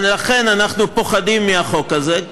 לכן אנחנו פוחדים מהחוק הזה,